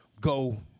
Go